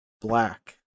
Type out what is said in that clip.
Black